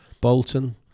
Bolton